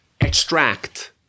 extract